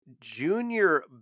junior